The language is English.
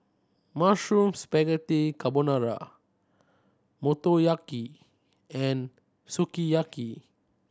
Mushroom Spaghetti Carbonara Motoyaki and Sukiyaki